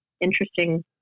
interesting